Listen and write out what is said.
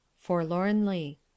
Forlornly